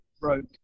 Broke